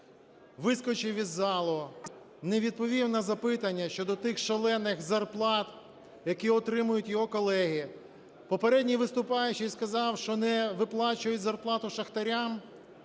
вискочив із залу, не відповів на запитання щодо тих шалених зарплат, які отримують його колеги. Попередній виступаючий сказав, що не виплачують зарплату шахтарям.